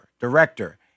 director